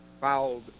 Filed